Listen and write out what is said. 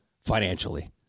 financially